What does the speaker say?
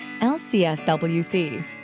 lcswc